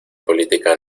política